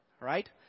Right